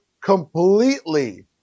completely